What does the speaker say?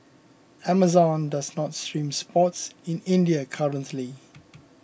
Amazon does not stream sports in India currently